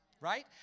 Right